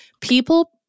people